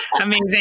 Amazing